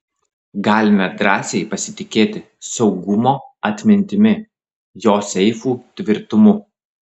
galime drąsiai pasitikėti saugumo atmintimi jo seifų tvirtumu